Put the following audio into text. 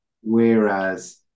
Whereas